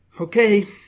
Okay